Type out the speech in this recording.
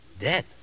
Dead